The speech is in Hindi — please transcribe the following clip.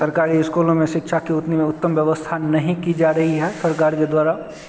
सरकारी स्कूल में शिक्षा की उतनी में उत्तम व्यवस्था नहीं की जा रही है सरकार के द्वारा